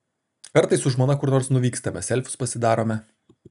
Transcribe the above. kartais su žmona kur nors nuvykstame selfius pasidarome